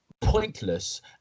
pointless